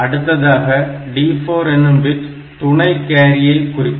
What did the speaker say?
அடுத்ததாக D4 என்னும் bit துணை கேரியை குறிக்கும்